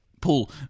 Paul